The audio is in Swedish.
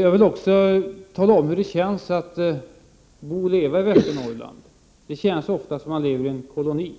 Jag vill också tala om hur det känns att bo i Västernorrland: det känns ofta som om man levde i en koloni.